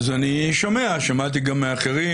אני שומע שמעתי גם מאחרים